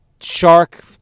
Shark